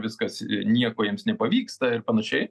viskas nieko jiems nepavyksta ir panašiai